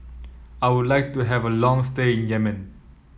I would like to have a long stay in Yemen